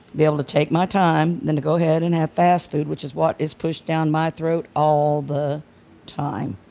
be able to take my time than to go ahead and have fast food which is what is pushed down my throat all the time.